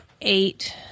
eight